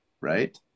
right